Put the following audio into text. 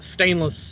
stainless